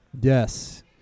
Yes